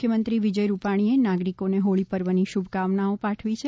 મુખ્યમંત્રી વિજય રૂપાણીએ નાગરિકોને હોળી પર્વની શુભકામનાઓ પાઠવી છે